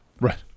Right